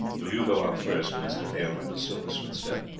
do you go out first, master aylmer, the silversmith said.